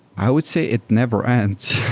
i would say it never ends,